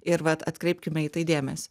ir vat atkreipkime į tai dėmesį